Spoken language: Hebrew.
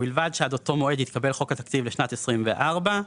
ובלבד שעד אותו מועד התקבל חוק התקציב לשנת 2024. סעיף